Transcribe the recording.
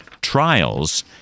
trials